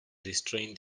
restrained